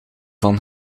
van